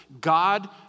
God